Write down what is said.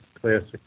classic